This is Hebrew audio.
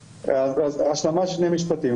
השלמת שני משפטים.